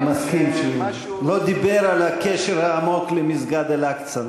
אני מסכים שהוא לא דיבר על הקשר העמוק למסגד אל-אקצא.